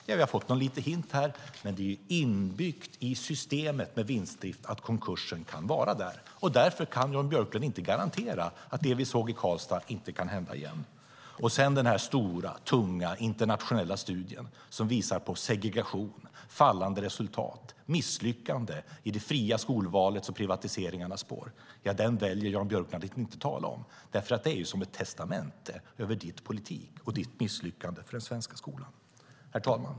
Ja, vi har fått någon liten hint här, men det är ju inbyggt i systemet med vinstdrift att konkursen kan vara där. Därför kan Jan Björklund inte garantera att det som vi såg i Karlstad inte kan hända igen. Sedan väljer Jan Björklund att inte tala om den stora, tunga internationella studien som visar på segregation, fallande resultat och misslyckande i det fria skolvalets och privatiseringarnas spår, därför att det är som ett testamente över hans politik och hans misslyckande för den svenska skolan. Herr talman!